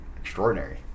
extraordinary